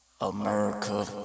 America